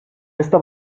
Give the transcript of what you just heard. esta